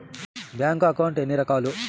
bank account ఎన్ని రకాలు